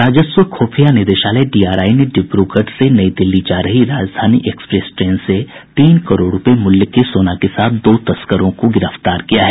राजस्व खुफिया निदेशालय डीआरआई ने डिब्रूगढ़ से नई दिल्ली जा रही राजधानी एक्सप्रेस ट्रेन से तीन करोड़ रुपए मूल्य के सोना के साथ दो तस्करों को गिरफ्तार किया है